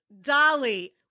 Dolly